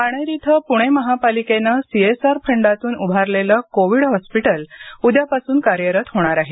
बाणेर इथं पुणे महापालिकेनं सीएसआर फंडातून उभारलेलं कोविड हॉस्पिटल उद्यापासून कार्यरत होणार आहे